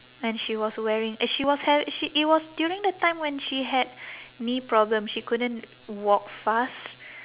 and she was wearing uh she was ha~ she it was during the time when she had knee problem she couldn't walk fast